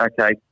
Okay